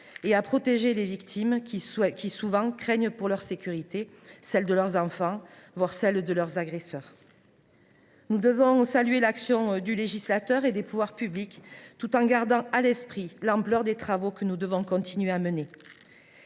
et à protéger les victimes, qui, souvent, craignent pour leur sécurité, celle de leurs enfants, voire celle de leurs agresseurs. Il nous faut saluer l’action du législateur et des pouvoirs publics tout en gardant à l’esprit l’ampleur des travaux que nous devons continuer à mener.